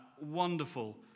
wonderful